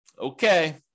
Okay